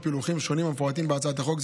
בפילוחים שונים המפורטים בהצעת החוק,